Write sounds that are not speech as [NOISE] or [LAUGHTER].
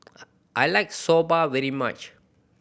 [UNINTELLIGIBLE] I like Soba very much